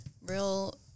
Real